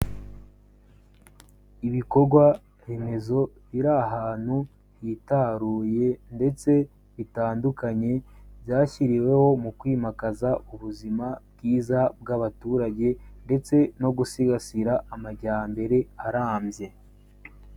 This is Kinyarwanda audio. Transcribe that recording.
Ibikorwa remezo biri ahantu hitaruye ndetse bitandukanye, byashyiriweho mu kwimakaza ubuzima bwiza bw'abaturage ndetse no gusigasira amajyambere arambye.